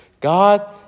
God